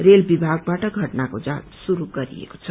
rail विभागबाट घटनाको जाँच शुरू गरिएको छ